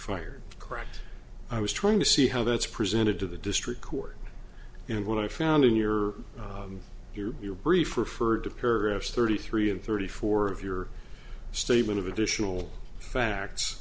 fired correct i was trying to see how that's presented to the district court and what i found in your your brief referred to paragraph thirty three and thirty four of your statement of additional facts